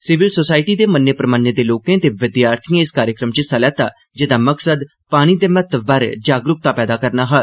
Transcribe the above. civil society दे मन्ने परमन्ने दे लोके ते विद्यार्थिए इस कार्यक्रम च हिस्सा लैता जेदा मकसद पानी दे महत्व बारै जागरुक्ता पैदा करना हा